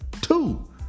two